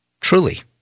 Truly